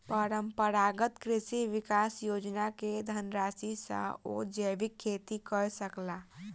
परंपरागत कृषि विकास योजना के धनराशि सॅ ओ जैविक खेती कय सकला